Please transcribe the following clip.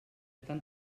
tan